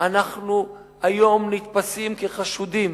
אנחנו היום נתפסים כחשודים.